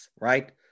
right